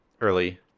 early